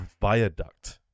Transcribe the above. viaduct